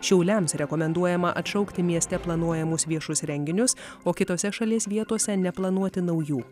šiauliams rekomenduojama atšaukti mieste planuojamus viešus renginius o kitose šalies vietose neplanuoti naujų